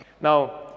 Now